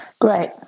great